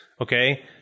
Okay